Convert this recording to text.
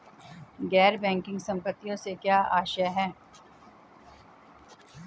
गैर बैंकिंग संपत्तियों से क्या आशय है?